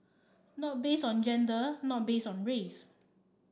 not based on gender not based on race